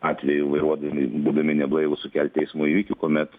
atveju vairuodami būdami neblaivūs sukelti eismo įvykį kuomet